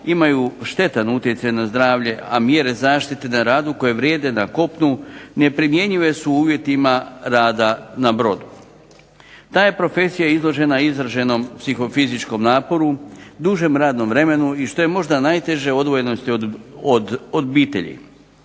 imaju štetan utjecaj na zdravlje, a mjere zaštite na radu koje vrijede na kopnu neprimjenjive su u uvjetima rada na brodu. TA je profesija izložena izraženom psihofizičkom naporu, dužem radnom vremenu i što je možda najteže odvojenosti od obitelji.